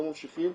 לא ממשיכים,